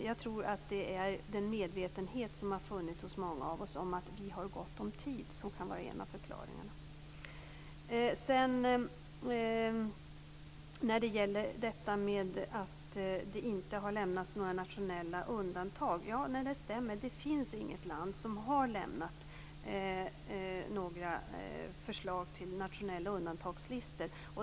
Jag tror att det är den medvetenhet som har funnits hos många av oss om att vi har gott om tid som kan vara en av förklaringarna. Det stämmer att det inte har lämnats några nationella undantag. Det finns inget land som har lämnat förslag till nationella undantagslistor.